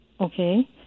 Okay